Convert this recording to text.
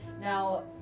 Now